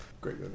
Great